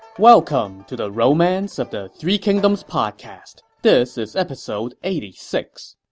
welcome to the romance of the three kingdoms podcast. this is episode eighty six.